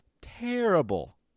terrible